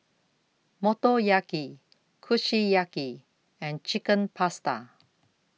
Motoyaki Kushiyaki and Chicken Pasta